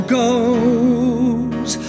goes